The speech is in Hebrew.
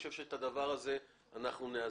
אני חושב שאת הדבר הזה אנחנו נאזן.